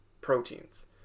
proteins